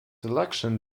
election